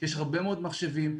יש הרבה מאוד מחשבים.